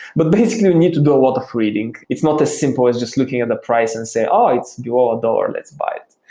but basically, we need to do a lot of reading. it's not as simple as just looking at a price and say, ah it's your dollar. let's fight.